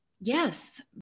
yes